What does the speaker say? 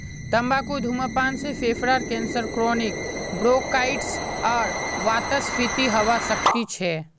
तंबाकू धूम्रपान से फेफड़ार कैंसर क्रोनिक ब्रोंकाइटिस आर वातस्फीति हवा सकती छे